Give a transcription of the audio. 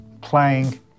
playing